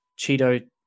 Cheeto